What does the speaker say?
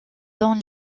dans